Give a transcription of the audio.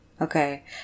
Okay